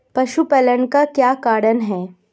पशुपालन का क्या कारण है?